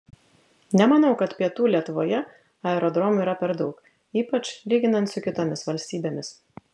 nemanau kad pietų lietuvoje aerodromų yra per daug ypač lyginant su kitomis valstybėmis